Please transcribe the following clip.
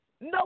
No